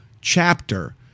chapter